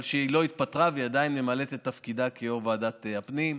שהיא לא התפטרה ושהיא עדיין ממלאת את תפקידה כיו"ר ועדת הפנים.